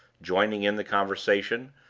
joining in the conversation,